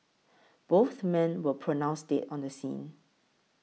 both men were pronounced dead on the scene